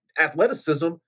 athleticism